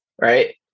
right